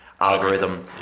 algorithm